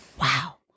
Wow